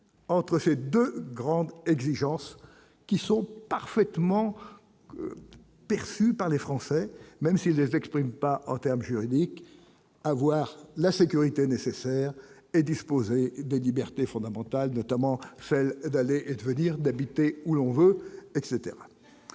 entre ces 2 grandes exigences qui sont parfaitement perçus par les Français, même si les exprime pas en termes juridiques, avoir la sécurité nécessaire et disposer des libertés fondamentales, notamment celle d'aller et de venir d'habiter où l'on veut, etc,